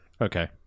Okay